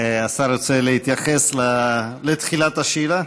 השר רוצה להתייחס לתחילת השאלה?